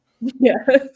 Yes